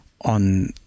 on